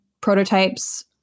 prototypes